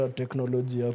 technology